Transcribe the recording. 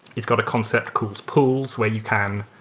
it's got a concept called pools where you can